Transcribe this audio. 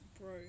bro